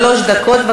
שלוש דקות.